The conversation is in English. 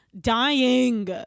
dying